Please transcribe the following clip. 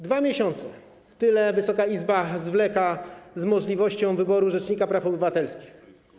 2 miesiące - tyle Wysoka Izba zwleka z możliwością wyboru rzecznika praw obywatelskich.